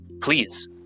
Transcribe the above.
please